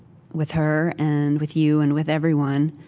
with her and with you and with everyone.